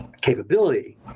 capability